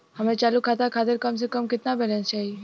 हमरे चालू खाता खातिर कम से कम केतना बैलैंस चाही?